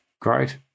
Great